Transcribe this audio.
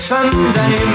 Sunday